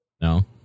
No